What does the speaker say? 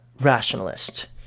rationalist